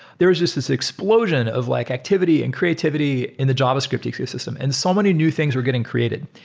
there is just this explosion of like activity and creativity in the javascript ecosystem and so many new things were getting created.